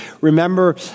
Remember